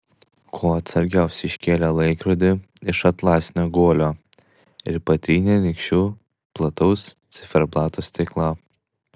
kuo atsargiausiai iškėlė laikrodį iš atlasinio guolio ir patrynė nykščiu plataus ciferblato stiklą